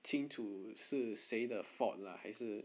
清楚是谁的 fault lah 还是